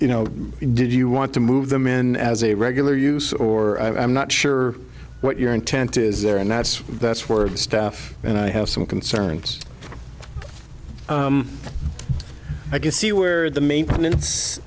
you know did you want to move them in as a regular use or i'm not sure what your intent is there and that's that's where staff and i have some concerns i can see where the maintenance